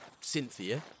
Cynthia